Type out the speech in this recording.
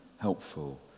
helpful